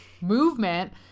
movement